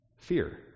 Fear